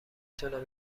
تونم